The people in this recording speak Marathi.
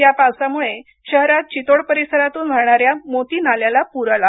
या पावसामुळे शहरात चितोड परिसरातून वाहणार्या मोती नाल्याला पुर आला